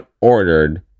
ordered